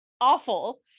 awful